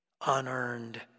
unearned